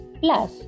plus